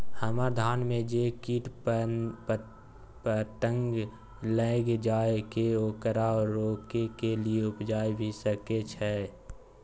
हमरा धान में जे कीट पतंग लैग जाय ये ओकरा रोके के कि उपाय भी सके छै?